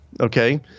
okay